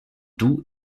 doux